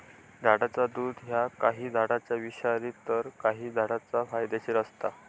झाडाचा दुध ह्या काही झाडांचा विषारी तर काही झाडांचा फायदेशीर असता